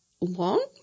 long